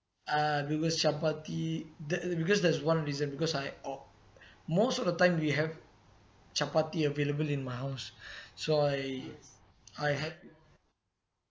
uh because chapati the because there's one reason because I o~ most of the time we have chapati available in my house so I I had